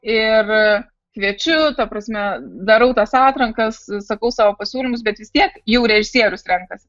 ir kviečiu ta prasme darau tas atrankas sakau savo pasiūlymus bet vis tiek jau režisierius renkasi